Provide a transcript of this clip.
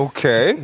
Okay